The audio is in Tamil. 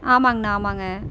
ஆமாங்கண்ணா ஆமாங்க